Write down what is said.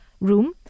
room